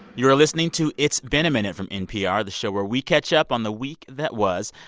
you're listening to it's been a minute from npr, the show where we catch up on the week that was.